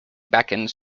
beckons